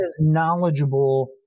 knowledgeable